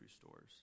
stores